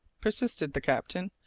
persisted the captain.